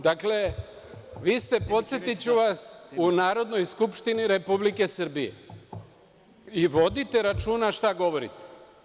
Dakle, vi ste, podsetiću vas u Narodnoj skupštini Republike Srbije i vodite računa šta govorite.